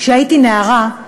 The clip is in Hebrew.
כשהייתי נערה,